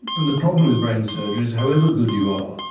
and the problem with brain surgery is however good you are,